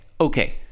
okay